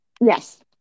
yes